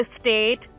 state